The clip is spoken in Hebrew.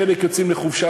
חלק יוצאים לחופשה,